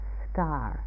star